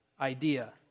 idea